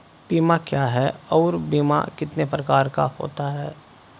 बीमा क्या है और बीमा कितने प्रकार का होता है?